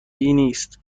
نیست